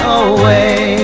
away